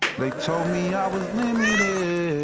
they told me i was limited,